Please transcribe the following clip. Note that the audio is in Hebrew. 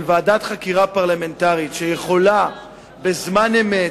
של ועדת חקירה פרלמנטרית, שיכולה בזמן אמת,